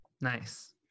Nice